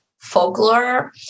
folklore